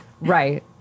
Right